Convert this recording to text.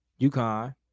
UConn